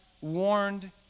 warned